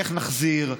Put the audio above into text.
איך נחזיר?